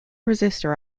resistor